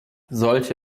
solche